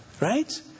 Right